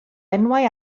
enwau